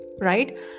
right